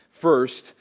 First